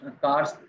cars